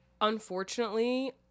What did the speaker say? Unfortunately